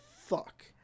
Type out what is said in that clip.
fuck